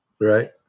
right